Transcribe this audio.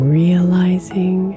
realizing